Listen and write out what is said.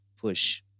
push